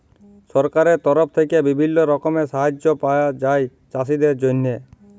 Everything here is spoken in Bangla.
সরকারের তরফ থেক্যে বিভিল্য রকমের সাহায্য পায়া যায় চাষীদের জন্হে